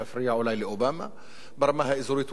ברמה האזורית הוא רוצה להפנות את תשומת הלב מהעיקר,